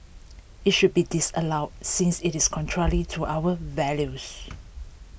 it should be disallowed since it is contrary to our values